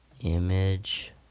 Image